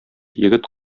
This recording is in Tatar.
егет